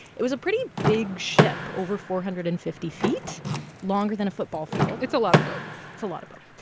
it was pretty big ship over four hundred and fifty feet longer than a football field it's a lot of boat it's a lot of boat.